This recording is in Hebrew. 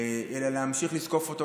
אלא להמשיך לזקוף אותו,